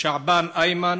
שעבאן איימן,